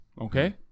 okay